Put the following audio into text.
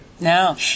No